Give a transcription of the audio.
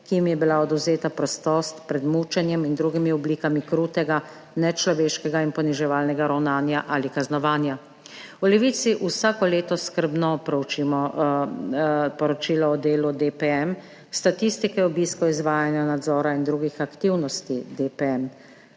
jim je bila odvzeta prostost, pred mučenjem in drugimi oblikami krutega, nečloveškega in poniževalnega ravnanja ali kaznovanja. V Levici vsako leto skrbno proučimo poročilo o delu DPM, statistike obiskov, izvajanja nadzora in drugih aktivnosti DPM.